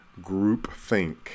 groupthink